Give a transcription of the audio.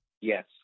Yes